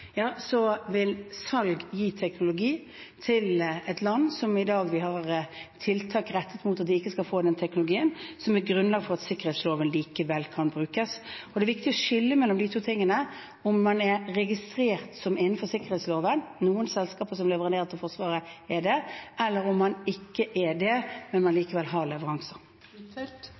vil gi teknologi til et land som vi i dag har tiltak rettet mot for at de ikke skal få den teknologien – som et grunnlag for at sikkerhetsloven likevel kan brukes. Det er viktig å skille mellom de to tingene, om man er registrert som innenfor sikkerhetsloven – noen selskaper som er leverandører til Forsvaret, er det – eller om man ikke er det, men likevel har leveranser.